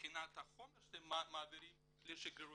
מבחינת החומר שאתם מעבירים לשגרירויות,